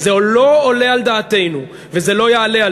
זה לא עולה על דעתנו וזה לא יעלה על